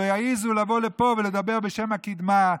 שלא יעזו לבוא לפה ולדבר בשם הקדמה.